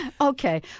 Okay